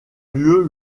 lieu